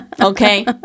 Okay